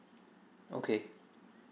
okay